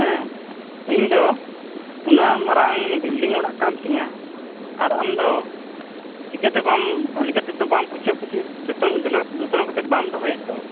ᱦᱮᱸ ᱤᱧᱫᱚ ᱩᱱᱟᱹᱜ ᱢᱟᱨᱟᱝ ᱵᱤᱞᱰᱤᱝ ᱚᱲᱟᱜ ᱠᱟᱱ ᱛᱤᱧᱟᱹ ᱟᱨ ᱟᱢᱫᱚ ᱪᱤᱠᱟᱹᱛᱮ ᱵᱟᱢ ᱵᱷᱟᱹᱞᱮ ᱠᱟᱛᱮᱫ ᱫᱚ ᱵᱟᱢ ᱯᱩᱪᱷᱟᱹ ᱯᱩᱪᱷᱤ ᱡᱚᱛᱚᱱ ᱡᱚᱱᱚ ᱡᱚᱛᱚᱱᱚ ᱠᱟᱛᱮᱫ ᱵᱟᱢ ᱫᱚᱦᱚᱭᱮᱫ ᱫᱚ